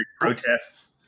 protests